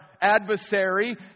adversary